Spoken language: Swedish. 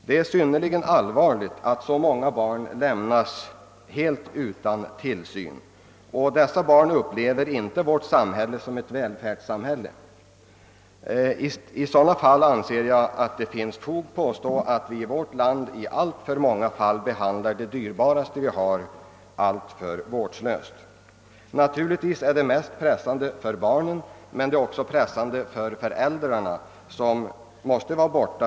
Det är synnerligen allvarligt att så många barn lämnas helt utan tillsyn. De barnen upplever naturligtvis inte vårt samhälle som ett välfärdssamhälle. Där anser jag att det finns fog för påståendet att vi här i landet behandlar det dyrbaraste vi har alltför vårdslöst i många fall. Naturligtvis är dessa förhållanden mest pressande för barnen själva, men även föräldrarna måste känha det.